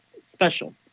special